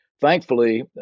thankfully